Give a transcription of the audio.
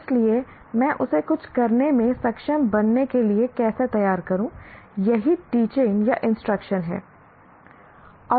इसलिए मैं उसे कुछ करने में सक्षम बनने के लिए कैसे तैयार करूं यही टीचिंग या इंस्ट्रक्शन है